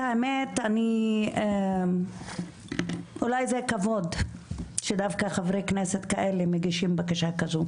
את האמת אני אולי זה כבוד שדווקא חברי כנסת כאלה מגישים בקשה כזו,